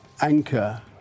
anchor